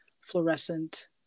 fluorescent